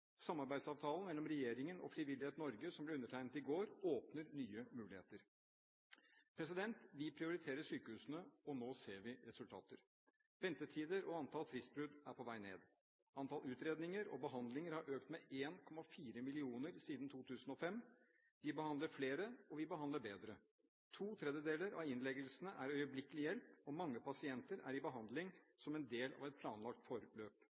Samarbeidsavtalen mellom regjeringen og Frivillighet Norge, som ble undertegnet i går, åpner nye muligheter. Vi prioriterer sykehusene, og nå ser vi resultater. Ventetider og antall fristbrudd er på vei ned. Antall utredninger og behandlinger har økt med 1,4 millioner siden 2005. Vi behandler flere, og vi behandler bedre. To tredjedeler av innleggelsene er øyeblikkelig hjelp, og mange pasienter er i behandling som en del av et planlagt forløp.